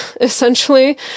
essentially